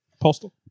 Postal